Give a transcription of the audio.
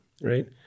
right